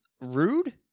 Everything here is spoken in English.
rude